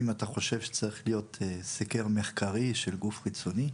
אם אתה חושב שצריך להיות סקר מחקרי של גוף חיצוני,